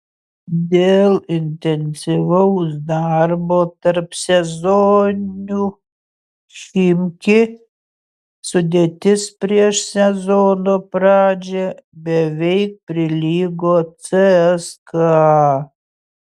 dėl intensyvaus darbo tarpsezoniu chimki sudėtis prieš sezono pradžią beveik prilygo cska